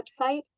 website